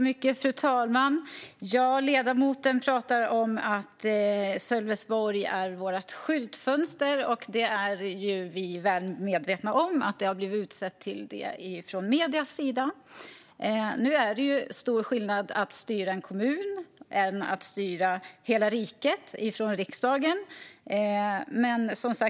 Fru talman! Ledamoten talar om att Sölvesborg är vårt skyltfönster. Vi är väl medvetna om att medierna har utsett denna kommun till det. Det är dock stor skillnad på att styra en kommun och att från riksdagen styra hela riket.